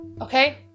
Okay